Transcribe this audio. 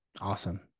Awesome